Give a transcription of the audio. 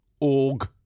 Org